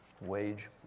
Wage